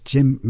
Jim